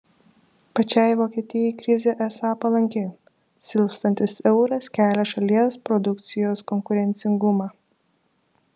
pačiai vokietijai krizė esą palanki silpstantis euras kelia šalies produkcijos konkurencingumą